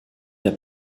der